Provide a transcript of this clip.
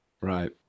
Right